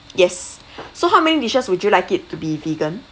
yes so how many dishes would you like it to be vegan